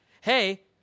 Hey